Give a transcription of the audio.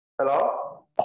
Hello